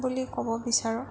বুলি ক'ব বিচাৰোঁ